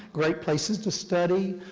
great places to study,